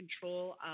control